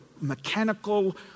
mechanical